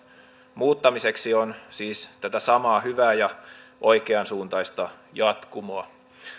muuttamiseksi on siis tätä samaa hyvää ja oikeansuuntaista jatkumoa